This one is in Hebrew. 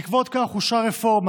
בעקבות זאת אושרה רפורמה,